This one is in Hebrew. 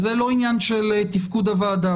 זה לא עניין של תפקוד הוועדה,